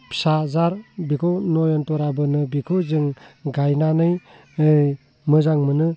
फिसा जाथ बेखौ नयनतराबो होनो बेखौ जों गायनानै मोजां मोनो